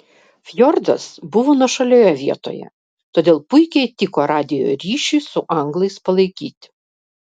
fjordas buvo nuošalioje vietoje todėl puikiai tiko radijo ryšiui su anglais palaikyti